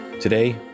Today